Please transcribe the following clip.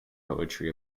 poetry